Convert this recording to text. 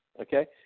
okay